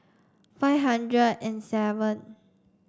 five hundred and seven